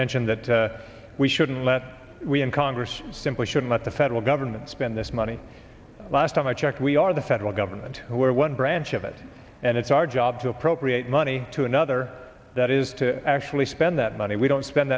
mentioned that we shouldn't let we in congress simply should let the federal government spend this money last time i checked we are the federal government who are one branch of it and it's our job to appropriate money to another that is to actually spend that money we don't spend